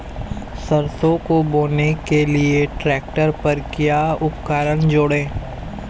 सरसों को बोने के लिये ट्रैक्टर पर क्या उपकरण जोड़ें?